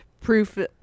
proof